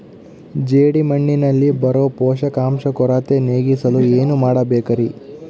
ಜೇಡಿಮಣ್ಣಿನಲ್ಲಿ ಬರೋ ಪೋಷಕಾಂಶ ಕೊರತೆ ನೇಗಿಸಲು ಏನು ಮಾಡಬೇಕರಿ?